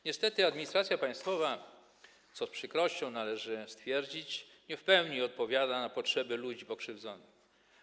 Niestety administracja państwowa, co z przykrością należy stwierdzić, nie w pełni odpowiada na potrzeby ludzi pokrzywdzonych.